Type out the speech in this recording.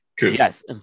Yes